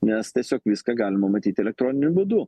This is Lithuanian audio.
nes tiesiog viską galima matyti elektroniniu būdu